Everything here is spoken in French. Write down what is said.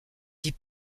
dit